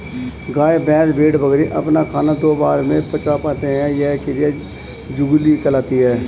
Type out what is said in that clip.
गाय, भैंस, भेड़, बकरी अपना खाना दो बार में पचा पाते हैं यह क्रिया जुगाली कहलाती है